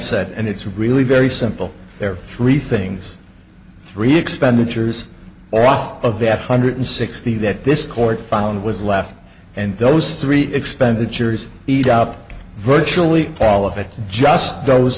said and it's really very simple there are three things three expenditures off of that hundred sixty that this court filing was left and those three expenditures eat up virtually all of it just those